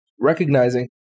recognizing